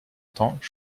temps